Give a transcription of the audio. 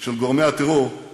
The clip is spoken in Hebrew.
של גורמי הטרור היא